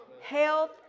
Health